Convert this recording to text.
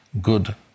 good